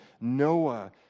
Noah